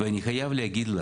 ואני חייב להגיד,